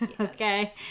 Okay